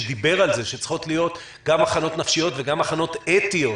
שדיבר על זה שצריכות להיות גם הכנות נפשיות וגם הכנות אתיות